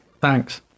Thanks